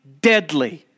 deadly